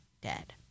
dead